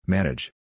Manage